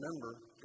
remember